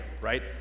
right